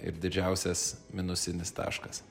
ir didžiausias minusinis taškas